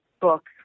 book